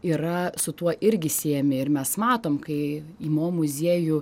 yra su tuo irgi siejami ir mes matom kai į mo muziejų